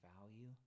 value